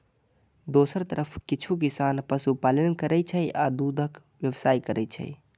दोसर तरफ किछु किसान पशुपालन करै छै आ दूधक व्यवसाय करै छै